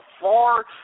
far